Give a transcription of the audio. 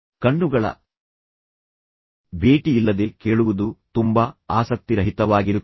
ಕಣ್ಣುಗಳ ಭೇಟಿಯಿಲ್ಲದೆ ಕೇಳುವುದು ತುಂಬಾ ಆಸಕ್ತಿರಹಿತವಾಗಿರುತ್ತದೆ